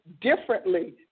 differently